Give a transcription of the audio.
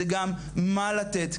זה גם מה לתת,